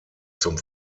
zum